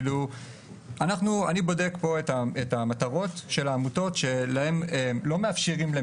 אני בודק את המטרות של העמותות שלא מאפשרים להן